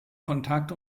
kontakt